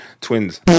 twins